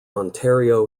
ontario